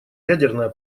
ядерная